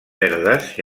verdes